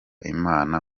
imana